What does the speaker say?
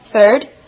Third